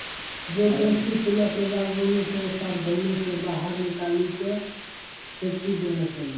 रोग ग्रसित फूलो के वागवानी से साबधानी से बाहर निकाली के फेकी देना चाहियो